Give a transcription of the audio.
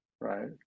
right